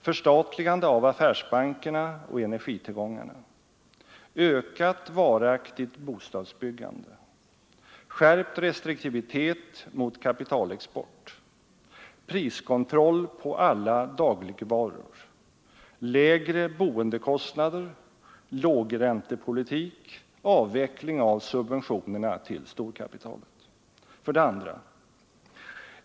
Förstatligande av affärsbankerna och energitillgångarna. Ökat varaktigt bostadsbyggande. Skärpt restriktivitet mot kapitalexport. Priskontroll på alla dagligvaror. Lägre boendekostnader. Lågräntepolitik. Avveckling av subventionerna till storkapitalet. 2.